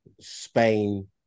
Spain